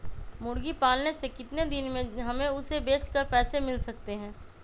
मुर्गी पालने से कितने दिन में हमें उसे बेचकर पैसे मिल सकते हैं?